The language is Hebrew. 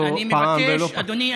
אדוני,